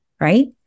right